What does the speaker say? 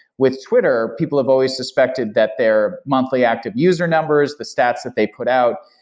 with twitter, people have always suspected that their monthly active user numbers, the stats that they put out,